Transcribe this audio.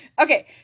Okay